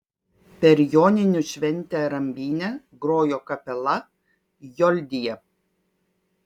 per joninių šventę rambyne grojo kapela joldija